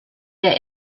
der